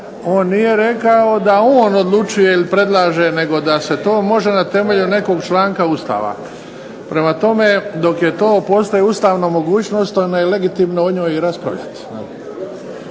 On nije rekao da on odlučuje ili predlaže, nego da se to može na temelju nekog članka Ustava. Prema tome, dok je to postoji ustavna mogućnost, onda je legitimno o njoj i raspravljati.